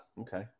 okay